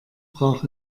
brach